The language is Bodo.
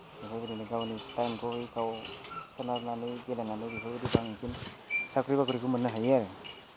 बेफोरबायदिनो गावनि टाइमखौहै गाव सोनारनानै गेलेनानै बेफोरबायदि बांसिन साख्रि बाक्रिखो मोननो हायो आरो